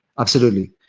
absolutely.